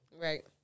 right